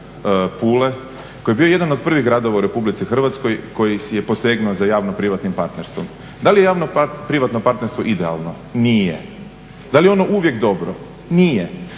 Pule koji je bio jedan od prvih gradova u Republici Hrvatskoj koji si je posegnuo za javno-privatnim partnerstvom. Da li je javno-privatno partnerstvo idealno? Nije. Da li je ono uvijek dobro? Nije.